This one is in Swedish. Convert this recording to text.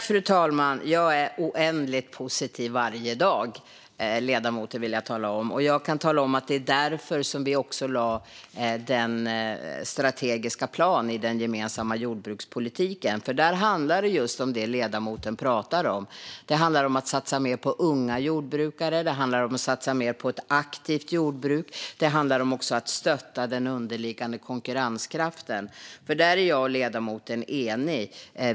Fru talman! Jag är oändligt positiv varje dag, vill jag tala om för ledamoten. Jag kan tala om att det är därför som vi också lade fram den strategiska planen i den gemensamma jordbrukspolitiken. Där handlar det just om det som ledamoten pratar om. Det handlar om att satsa mer på unga jordbrukare. Det handlar om att satsa mer på ett aktivt jordbruk. Det handlar också om att stötta den underliggande konkurrenskraften. Där är jag och ledamoten eniga.